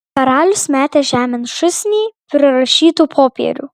karalius metė žemėn šūsnį prirašytų popierių